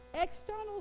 external